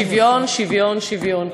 שוויון, שוויון, שוויון.